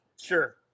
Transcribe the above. sure